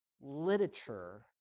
literature